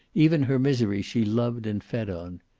even her misery she loved and fed on.